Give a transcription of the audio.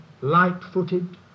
light-footed